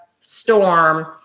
storm